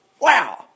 Wow